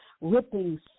ripping